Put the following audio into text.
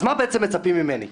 אז מה בעם מצפים ממני?